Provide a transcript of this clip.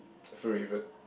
have you revert